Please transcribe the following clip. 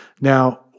Now